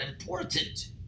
important